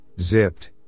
zipped